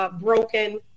broken